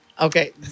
Okay